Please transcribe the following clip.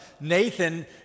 Nathan